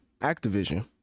Activision